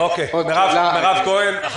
מירב כהן, בבקשה.